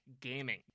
gaming